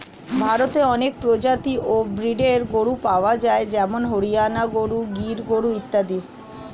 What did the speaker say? ভারতে অনেক প্রজাতি ও ব্রীডের গরু পাওয়া যায় যেমন হরিয়ানা গরু, গির গরু ইত্যাদি